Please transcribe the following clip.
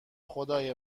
خدای